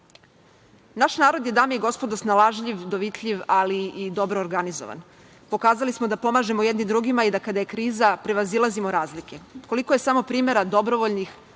narod je, dame i gospodo, snalažljiv, dovitljiv, ali i dobro organizovan. Pokazali smo da pomažemo jedni drugima i da kada je kriza prevazilazimo razlike. Koliko je samo primera dobrovoljnih,